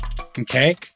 Okay